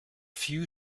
few